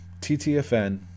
ttfn